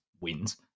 wins